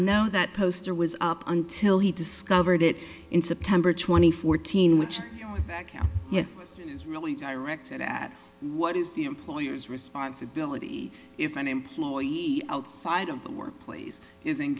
know that poster was up until he discovered it in september twenty four teen which back out it is really directed at what is the employer's responsibility if an employee outside of the workplace is